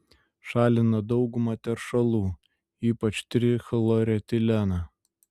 šalina daugumą teršalų ypač trichloretileną